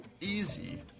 easy